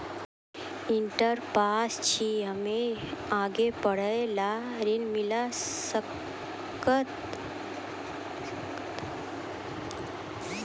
Inter pass छी हम्मे आगे पढ़े ला ऋण मिल सकत?